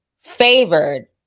favored